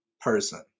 person